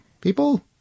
People